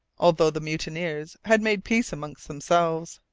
although the mutineers had made peace among themselves.